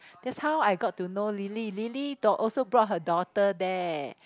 that's how I got to know Lily Lily also brought her daughter there